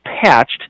patched